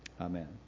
Amen